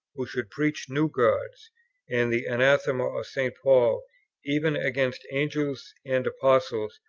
who should preach new gods and the anathema of st. paul even against angels and apostles,